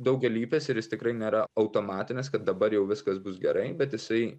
daugialypis ir jis tikrai nėra automatinis kad dabar jau viskas bus gerai bet jisai